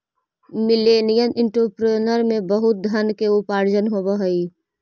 millennial entrepreneur में बहुत धन के उपार्जन होवऽ हई